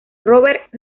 robert